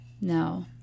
No